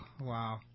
Wow